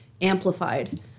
amplified